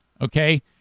Okay